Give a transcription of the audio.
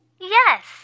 Yes